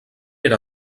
era